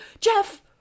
Jeff